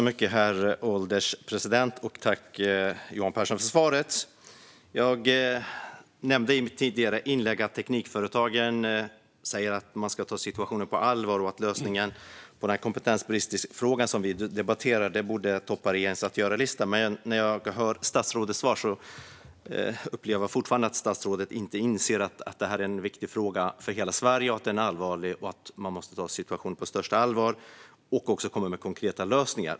Herr ålderspresident! Tack, Johan Pehrson, för svaret! Jag nämnde i mitt tidigare inlägg att teknikföretagen säger att man ska ta situationen på allvar och att regeringens att göra-lista borde toppas av att hitta lösningen på den kompetensbrist som vi debatterar. När jag hörde statsrådets svar upplevde jag dock att statsrådet inte inser att detta är en viktig fråga för hela Sverige, att den är allvarlig och att man måste ta situationen på största allvar och komma med konkreta lösningar.